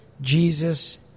Jesus